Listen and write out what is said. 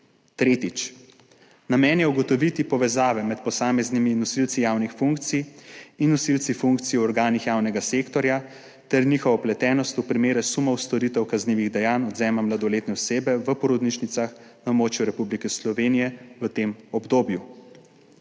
Tretjič. Namen je ugotoviti povezave med posameznimi nosilci javnih funkcij in nosilci funkcij v organih javnega sektorja ter njihovo vpletenost v primere sumov storitev kaznivih dejanj odvzema mladoletne osebe v porodnišnicah na območju Republike Slovenije v tem obdobju.